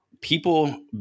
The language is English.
people –